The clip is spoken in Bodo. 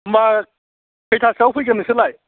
होनबा खैथासोआव फैगोन नोंसोरलाय